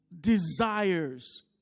desires